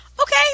Okay